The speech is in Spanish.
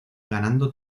ganando